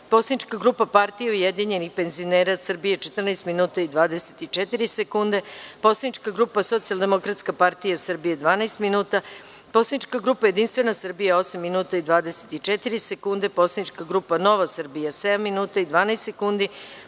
Poslanička grupa Partija ujedinjenih penzionera Srbije – 14 minuta i 24 sekunde; Poslanička grupa Socijaldemokratska partija Srbije – 12 minuta; Poslanička grupa Jedinstvena Srbija – 8 minuta i 24 sekunde; Poslanička grupa Nova Srbija – 7 minuta i 12 sekundi;